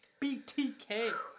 BTK